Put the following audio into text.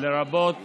לרבות